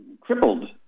crippled